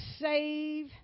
save